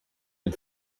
den